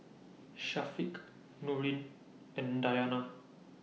Syafiq Nurin and Dayana